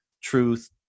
truth